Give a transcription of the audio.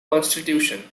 constitution